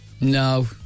No